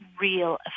real